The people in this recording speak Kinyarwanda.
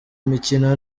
mikino